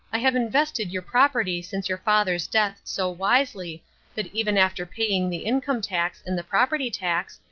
i have invested your property since your father's death so wisely that even after paying the income tax and the property tax,